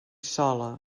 sola